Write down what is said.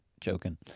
joking